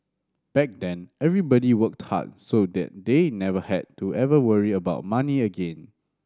back then everybody worked hard so that they never had to ever worry about money again